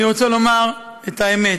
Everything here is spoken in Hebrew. אני רוצה לומר את האמת: